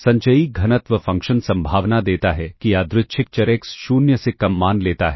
संचयी घनत्व फ़ंक्शन संभावना देता है कि यादृच्छिक चर एक्स शून्य से कम मान लेता है